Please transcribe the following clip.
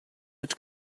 mit